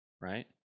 right